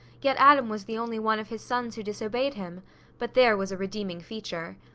yet adam was the only one of his sons who disobeyed him but there was a redeeming feature.